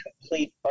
complete